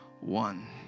One